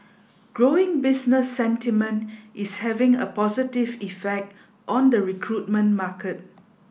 growing business sentiment is having a positive effect on the recruitment market